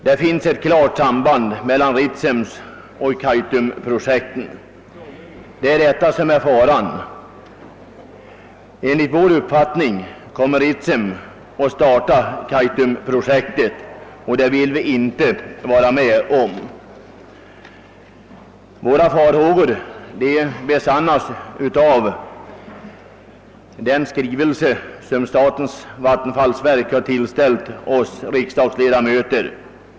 Det finns ett klart samband mellan Ritsemoch Kaitumprojekten det är detta som är faran. Enligt vår uppfattning kommer Ritsem att starta Kaitumprojektet, något som vi inte vill vara med om. Våra farhågor besannas av den skrivelse som statens vattenfallsverk har tillställt oss riksdagsledamöter.